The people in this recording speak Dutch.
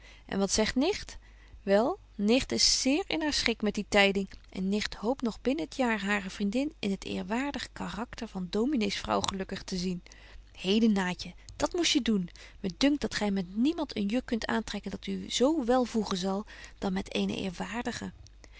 en wat zegt nicht wel nicht is zeer in haar schik met die tyding en nicht hoopt nog binnen t jaar hare vriendin in het eerwaardig karakter van dominees vrouw gelukkig te zien heden naatje dat moest je doen me dunkt dat gy met niemand een juk kunt aantrekken dat u zo wel voegen zal dan met eenen eerwaardigen